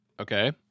Okay